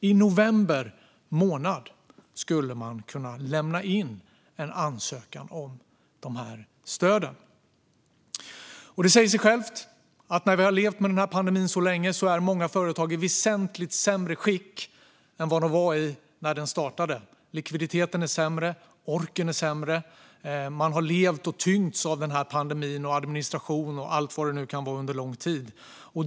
I november månad skulle man kunna lämna in en ansökan om stöden. Det säger sig självt att när vi har levt med pandemin så länge är många företag i väsentligt sämre skick än vad de var när den startade. Likviditeten är sämre, orken är sämre. Man har levt och tyngts av pandemin, administration och allt vad det nu kan vara under lång tid.